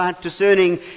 discerning